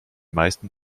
meisten